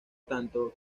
tanto